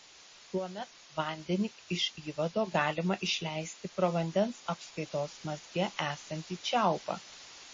tuomet vandenį iš įvado galima išleisti pro vandens apskaitos mazge esantį čiaupą